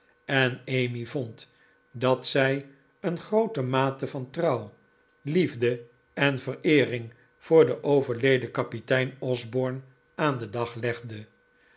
en emmy vond dat zij een groote mate van trouw liefde en vereering voor den overleden kapitein osborne aan den dag legde